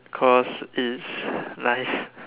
cause it's nice